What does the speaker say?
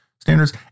standards